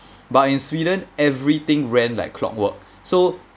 but in sweden everything ran like clockwork so